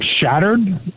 shattered